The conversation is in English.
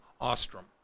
Ostrom